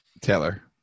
Taylor